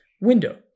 window